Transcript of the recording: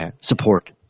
support